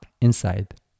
inside